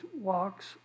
walks